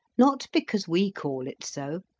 not because we call it so,